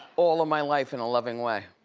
all of my life in a loving way.